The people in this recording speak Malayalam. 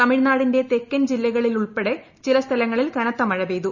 തമിഴ്നാടിന്റെ തെക്കൻജില്ലകളിലുൾപ്പെടെ ചില സ്ഥലങ്ങളിൽ കനത്തമഴ പെയ്തു